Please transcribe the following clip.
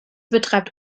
betreibt